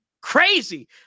crazy